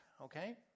okay